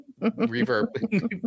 reverb